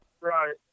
Right